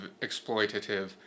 exploitative